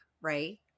right